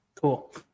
Cool